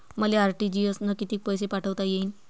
मले आर.टी.जी.एस न कितीक पैसे पाठवता येईन?